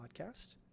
podcast